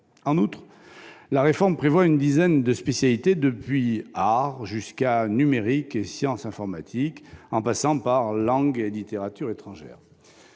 En outre, la réforme prévoit une dizaine de spécialités, depuis « art » jusque « numérique et sciences informatiques », en passant par « langues et littératures étrangères